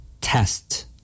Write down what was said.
Test